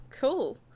cool